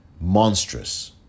monstrous